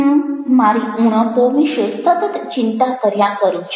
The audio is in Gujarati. હું મારી ઉણપો વિશે સતત ચિંતા કર્યા કરું છું